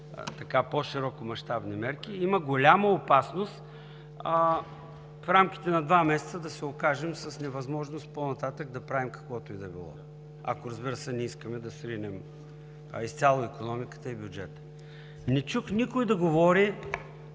по-широкомащабни мерки, има голяма опасност в рамките на два месеца да се окажем с невъзможност по-нататък да правим каквото и да било ако, разбира се, не искаме да сринем изцяло икономиката и бюджета. Не чух никой да говори,